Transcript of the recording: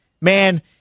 man